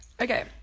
Okay